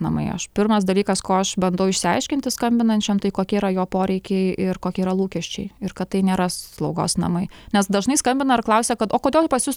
namai aš pirmas dalykas ko aš bandau išsiaiškinti skambinančiam tai kokie yra jo poreikiai ir kokie yra lūkesčiai ir kad tai nėra slaugos namai nes dažnai skambina ir klausia kad o kodėl pas jus